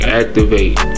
activate